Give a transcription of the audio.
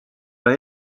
ole